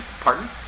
Pardon